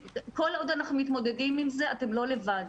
כל עוד אנחנו מתמודדים עם זה, אתם לא לבד.